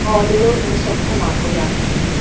audio നിശബ്ദമാക്കുക